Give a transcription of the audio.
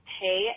hey